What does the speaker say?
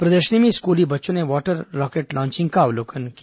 प्रदर्शनी में स्कूली बच्चों ने वाटर रॉकेट लॉचिंग का अवलोकन किया